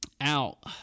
out